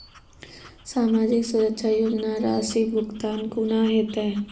समाजिक सुरक्षा योजना राशिक भुगतान कूना हेतै?